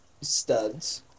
studs